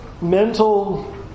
mental